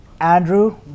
Andrew